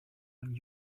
when